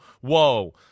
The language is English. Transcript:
whoa